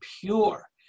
pure